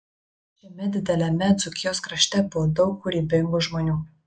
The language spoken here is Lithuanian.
šiame dideliame dzūkijos krašte buvo daug kūrybingų žmonių